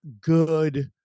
good